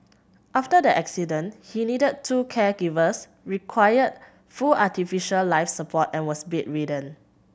after the accident he needed two caregivers required full artificial life support and was bedridden